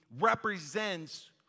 represents